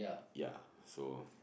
ya so